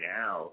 now